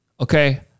okay